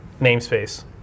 namespace